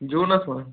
جوٗنس منٛز